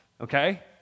Okay